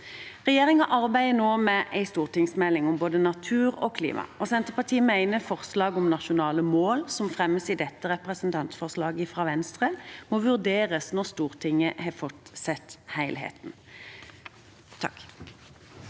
Regjeringen arbeider nå med en stortingsmelding om både natur og klima, og Senterpartiet mener forslaget om nasjonale mål som fremmes i dette representantforslaget fra Venstre, må vurderes når Stortinget har fått sett helheten. Lars